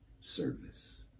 service